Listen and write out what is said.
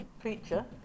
preacher